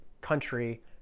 country